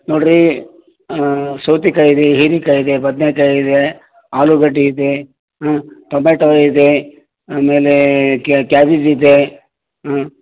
ನೋಡಿರಿ ಸೌತೆಕಾಯ್ ಇದೆ ಹೀರೆಕಾಯ್ ಇದೆ ಬದ್ನೆಕಾಯಿ ಇದೆ ಆಲೂಗಡ್ಡೆ ಇದೆ ಟೊಮೆಟೋ ಇದೆ ಆಮೇಲೆ ಕ್ಯಾಬೇಜಿದೆ ಹಾಂ